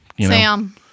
Sam